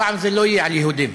הפעם זה לא יהיה על יהודים.